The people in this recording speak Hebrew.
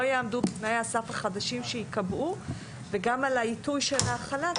יעמדו בתנאי הסף החדשים שייקבעו וגם על העיתוי של ההחלה,